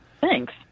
thanks